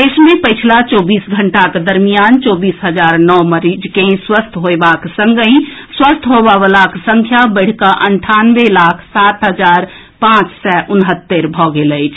देश मे पछिला चौबीस घंटाक दरमियान चौबीस हजार नओ मरीज के स्वस्थ होएबाक संगहि स्वस्थ होबय वलाक संख्या बढ़िकऽ अंठानवे लाख सात हजार पांच सय उनहत्तरि भऽ गेल अछि